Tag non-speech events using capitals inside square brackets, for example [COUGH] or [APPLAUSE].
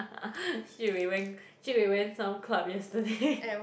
[LAUGHS] Jun-Wei went Jun-Wei went some club yesterday [LAUGHS]